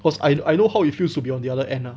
cause I I know how it feels to be on the other end lah